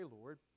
Lord